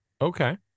Okay